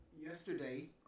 yesterday